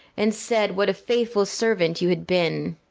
and said what a faithful servant you had been.